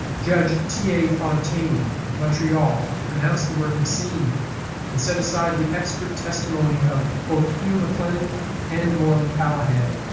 judge ta fontaine of montreal pronounced the work obscene and set aside the expert testimony of both hugh mclennon and morley callahan,